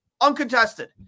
uncontested